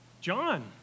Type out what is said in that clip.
John